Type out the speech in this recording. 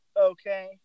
okay